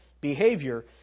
behavior